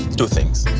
two things.